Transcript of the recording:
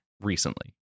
recently